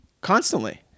constantly